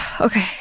Okay